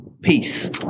peace